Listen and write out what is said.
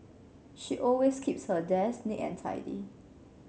she always keeps her desk neat and tidy